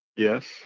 Yes